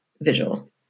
visual